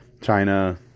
China